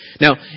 Now